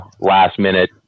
last-minute